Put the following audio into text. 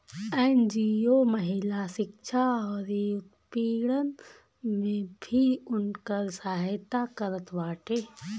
NGO महिला शिक्षा अउरी उत्पीड़न में भी उनकर सहायता करत बाटे